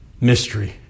mystery